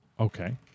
Okay